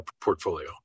portfolio